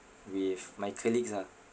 with my colleagues ah